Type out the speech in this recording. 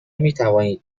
میتوانید